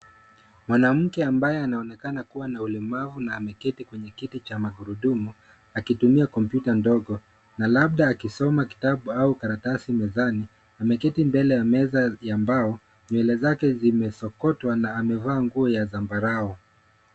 Mwanamke ambaye anaonekana kuwa na ulemavu na ameketi kwenye kiti cha magurudumu akitumia kompyuta ndogo na labda akisoma kitabu au karatasi mezani. Ameketi mbele ya meza ya mbao. Nywele zake zimesokotwa na amevaa nguo ya zambarau.